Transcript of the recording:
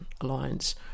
Alliance